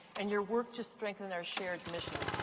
and your work to strengthen our shared mission.